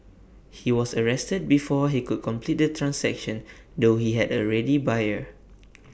he was arrested before he could complete the transaction though he had A ready buyer